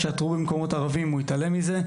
כמו כשעתרו למקומות ערביים ובג״ץ התעלם מזה,